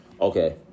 Okay